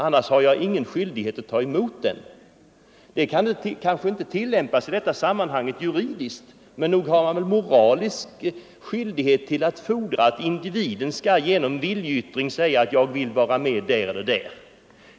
Annars har jag ingen skyldighet att ta emot den. Man kan i detta sammanhang inte tillämpa den principen rent juridiskt, men nog har man moralisk skyldighet att fordra att individen skall avge en viljeyttring, skall säga: Jag vill vara med där eller där.